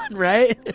and right?